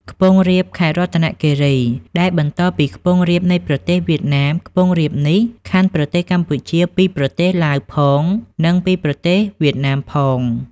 ខ្ពង់រាបខេត្តរតនគិរី ដែលបន្តពីខ្ពង់រាបនៃប្រទេសវៀតណាម ខ្ពង់រាបនេះ ខ័ណ្ឌប្រទេសកម្ពុជាពីប្រទេសឡាវផង និងពីប្រទេសវៀតណាមផង ។